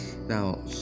now